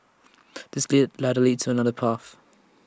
this ladder leads to another path